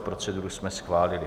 Proceduru jsme schválili.